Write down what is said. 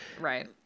Right